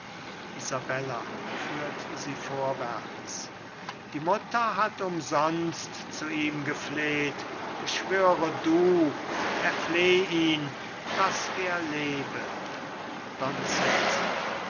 führt sie vorwärts die mutter hat umsonst zu ihm gefleht beschwöre du erfleh ihn daß er lebe